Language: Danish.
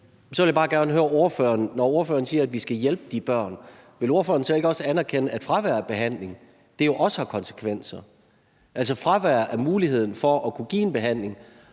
så vil jeg bare gerne høre ordføreren, om ordføreren, når ordføreren siger, at vi skal hjælpe de børn, ikke også vil anerkende, at fravær af behandling også har konsekvenser. Altså, fravær af muligheden for at kunne give en behandling